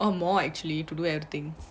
or more actually to do everything